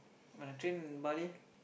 when I train in Bali